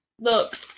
Look